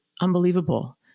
unbelievable